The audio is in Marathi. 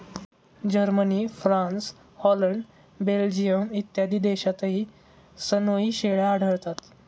जर्मनी, फ्रान्स, हॉलंड, बेल्जियम इत्यादी देशांतही सनोई शेळ्या आढळतात